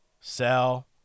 sell